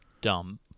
dumb